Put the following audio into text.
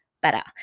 better